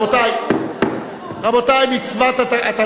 רבותי, רבותי, מצוות, זה אבסורד.